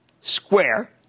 Square